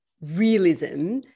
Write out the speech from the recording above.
realism